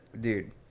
dude